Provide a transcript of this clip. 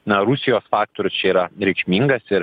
na rusijos faktorius čia yra reikšmingas ir